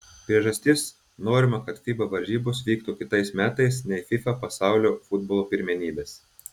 priežastis norima kad fiba varžybos vyktų kitais metais nei fifa pasaulio futbolo pirmenybės